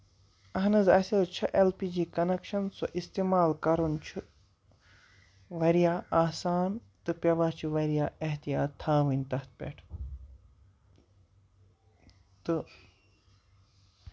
أہن حظ اَسہِ حظ چھُ ایل پی جی کَنیکشن سُہ اِستعمال کَرُن چھُ واریاہ آسان تہٕ پیوان چھُ واریاہ احتِیات تھاوٕنۍ تَتھ پٮ۪ٹھ تہٕ